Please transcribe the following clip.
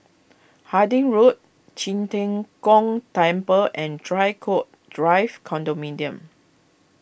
Harding Road Qi Tian Gong Temple and Draycott Drive Condominium